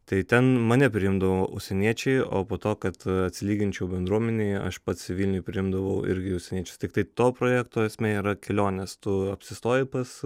tai ten mane priimdavo užsieniečiai o po to kad atsilyginčiau bendruomenėje aš pats vilniuj priimdavau irgi užsieniečius tiktai to projekto esmė yra kelionės tu apsistoji pas